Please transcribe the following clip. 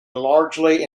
largely